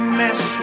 mess